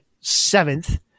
seventh